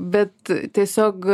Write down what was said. bet tiesiog